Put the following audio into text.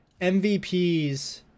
MVPs